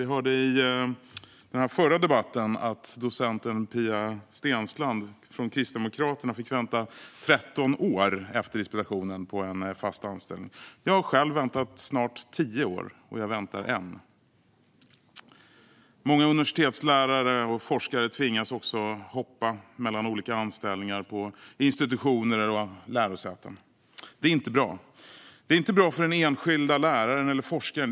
Vi hörde i den förra debatten att docent Pia Steensland från Kristdemokraterna fick vänta i 13 år efter disputationen på en fast anställning. Jag har själv väntat i snart 10 år, och jag väntar än. Många universitetslärare och forskare tvingas också hoppa mellan olika anställningar på institutioner eller lärosäten. Det är inte bra! Det är inte bra för den enskilda läraren eller forskaren.